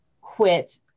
quit